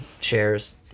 Shares